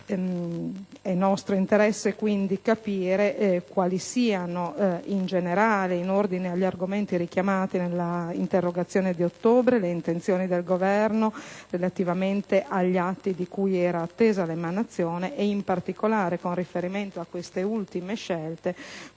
È nostro interesse, quindi, capire quali siano, in generale, in ordine agli argomenti richiamati nella interpellanza di ottobre, le intenzioni del Governo relativamente agli atti di cui era attesa l'emanazione ed in particolare, con riferimento a queste ultime scelte,